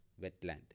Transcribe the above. wetland